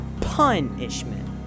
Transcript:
punishment